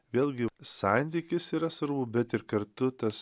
vėlgi santykis yra svarbu bet ir kartu tas